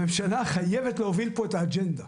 הממשלה חייבת להוביל פה את האג'נדה.